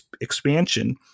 expansion